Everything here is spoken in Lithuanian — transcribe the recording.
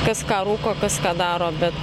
kas ką rūko kas ką daro bet